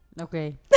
Okay